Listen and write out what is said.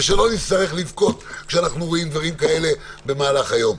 ושלא נצטרך לבכות כשאנחנו רואים דברים כאלה במהלך היום.